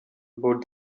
about